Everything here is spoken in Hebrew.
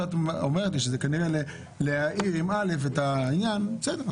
כשאת אומרת לי שזה להאיר את העניין אז בסדר,